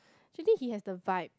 actually he has the vibe